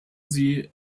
sie